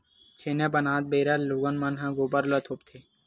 छेना बनात बेरा लोगन मन ह गोबर ल थोपथे